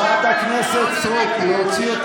(קוראת בשם חברת הכנסת) אורית